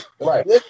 right